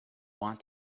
want